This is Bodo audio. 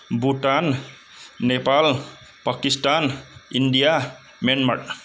Bhutan Nepal Pakistan India Myanmar